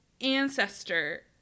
ancestor